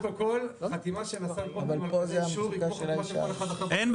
החתימה של השר --- אין בעיה,